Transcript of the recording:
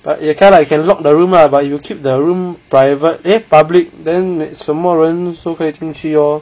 but you're kinda like can lock the rumour lah but you will keep the room private eh public then 什么人都可以进去 loh